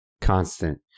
constant